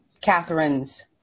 Catherine's